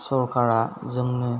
सरखारा जोंनि